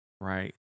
right